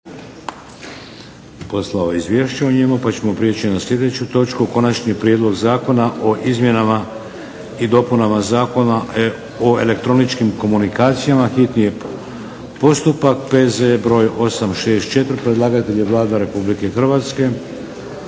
Vladimir (HDZ)** . Pa ćemo prijeći na sljedeću točku. - Konačni prijedlog zakona o izmjenama i dopunama Zakona o elektroničkim komunikacijama, hitni postupak, prvo i drugo čitanje, P.Z.E. br. 864. Predlagatelj je Vlada Republike Hrvatske.